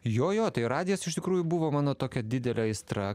jo jo radijas iš tikrųjų buvo mano tokia didelė aistra